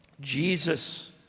Jesus